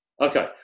Okay